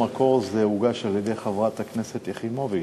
במקור זה הוגש על-ידי חברת הכנסת יחימוביץ.